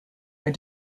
are